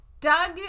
Doug